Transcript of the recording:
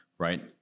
right